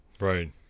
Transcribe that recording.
Right